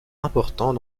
important